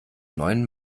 neuen